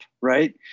Right